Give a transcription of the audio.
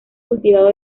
cultivado